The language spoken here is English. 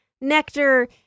nectar